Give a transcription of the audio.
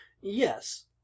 Yes